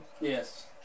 yes